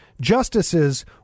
justices